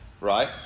right